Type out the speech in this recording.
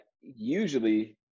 usually